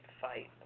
fight